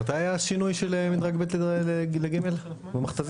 מתי היה השינוי ממדרג ב' ל-ג' עם המכת"זית?